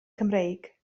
cymreig